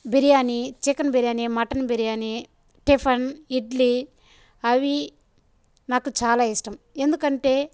biryani chicken biryani mutton biryani tiffin idli అవి నాకు చాలా ఇష్టం ఎందుకంటే